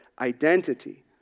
identity